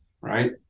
Right